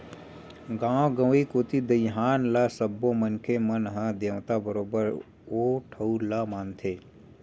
गाँव गंवई कोती दईहान ल सब्बो मनखे मन ह देवता बरोबर ओ ठउर ल मानथे